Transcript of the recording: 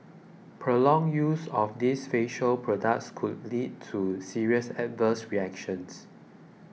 prolonged use of these facial products could lead to serious adverse reactions